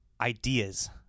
Ideas